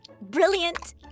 Brilliant